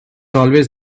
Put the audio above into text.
always